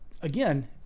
again